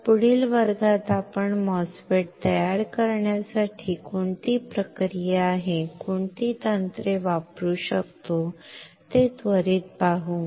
तर पुढील वर्गात आपण MOSFET तयार करण्यासाठी कोणती प्रक्रिया आहे कोणती तंत्रे वापरू शकतो ते त्वरीत पाहू